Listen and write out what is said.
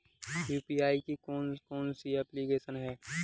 UPI की कौन कौन सी एप्लिकेशन हैं?